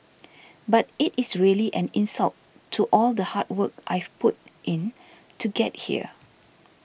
but it is really an insult to all the hard work I've put in to get here